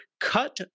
cut